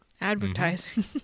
advertising